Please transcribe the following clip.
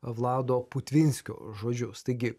vlado putvinskio žodžius taigi